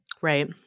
Right